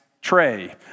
tray